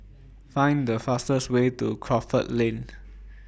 Find The fastest Way to Crawford Lane